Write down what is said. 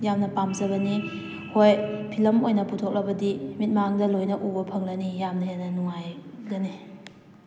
ꯌꯥꯝꯅ ꯄꯥꯝꯖꯕꯅꯤ ꯍꯣꯏ ꯐꯤꯂꯝ ꯑꯣꯏꯅ ꯄꯨꯊꯣꯛꯂꯕꯗꯤ ꯃꯤꯠꯃꯥꯡꯗ ꯂꯣꯏꯅ ꯎꯕ ꯐꯪꯂꯅꯤ ꯌꯥꯝꯅ ꯍꯦꯟꯅ ꯅꯨꯉꯥꯏꯒꯅꯤ